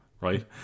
right